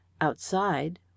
Outside